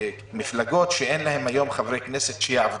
למפלגות שאין להן היום חברי כנסת שיעבדו,